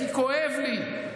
כי כואב לי,